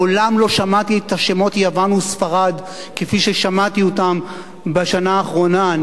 מעולם לא שמעתי את המלים יוון וספרד כפי ששמעתי אותן בשנה האחרונה.